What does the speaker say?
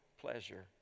pleasure